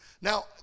Now